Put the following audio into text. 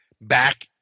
back